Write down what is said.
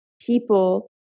people